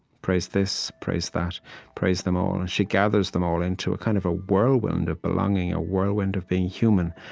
praise this praise that praise them all. and she gathers them all into kind of a whirlwind of belonging, a whirlwind of being human.